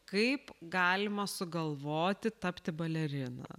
kaip galima sugalvoti tapti balerina